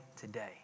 today